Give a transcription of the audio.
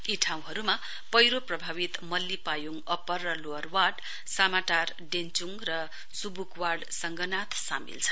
यी ठाउँहरुमा पैह्रो प्रभावित मल्ली पायोङ अप्पर र लोवर वार्ड सामाटार डेन्चुङ र सुब्क वार्ड सङ्गनाथ सामेल छन्